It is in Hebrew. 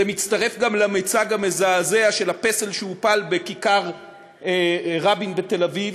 זה מצטרף גם למיצג המזעזע של הפסל שהופל בכיכר-רבין בתל-אביב,